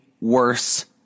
worse